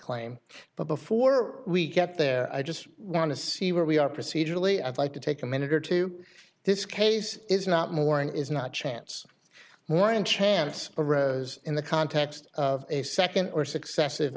claim but before we get there i just want to see where we are procedurally i'd like to take a minute or two this case is not more an is not chance more and chance is in the context of a second or successive